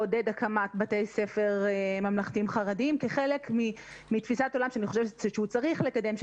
לעודד הקמת בתי ספר ממלכתיים-חרדיים כחלק מתפיסת עולם שהוא צריך לקדם,